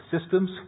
systems